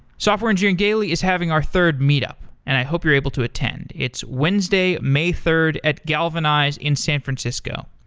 software engineering daily is having our third meet up, and i hope you're able to attend. it's wednesday, may third at galvanize in san francisco.